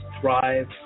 thrive